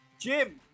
Jim